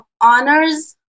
Honors